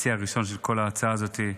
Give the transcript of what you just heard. המציע הראשון של כל ההצעה הזאת,